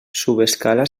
subescala